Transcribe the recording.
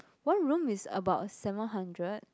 one room is about seven hundred